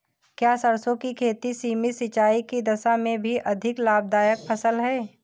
क्या सरसों की खेती सीमित सिंचाई की दशा में भी अधिक लाभदायक फसल है?